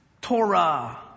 Torah